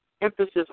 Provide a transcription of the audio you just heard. emphasis